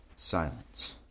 Silence